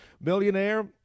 millionaire